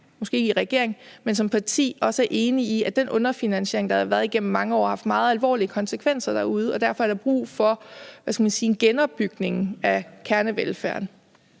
måske ikke i regering, men som parti, også er enige i, at den underfinansiering, der har været igennem mange år, har haft meget alvorlige konsekvenser derude, og at der derfor er brug for en genopbygning af kernevelfærden.